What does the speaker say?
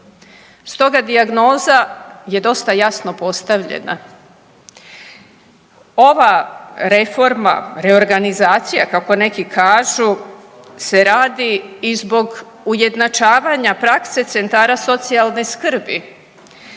Stoga dijagnoza je dosta jasno postavljena. Ova reforma, reorganizacija kako neki kažu se radi i zbog ujednačavanja prakse centara socijalne skrbi.